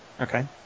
Okay